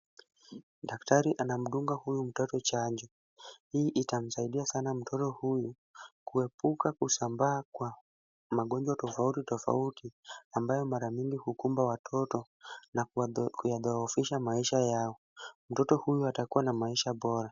Daktari anamdunga huyu mtoto chanjo. Hii itamsaidia sana mtoto huyu kuepuka kusambaa kwa magonjwa tofauti tofauti ambayo mara nyingi hukumba watoto na kudhohofisha maisha yao. Mtoto huyu atakua na maisha bora.